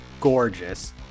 gorgeous